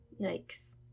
Yikes